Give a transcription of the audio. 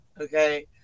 Okay